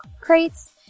crates